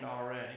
already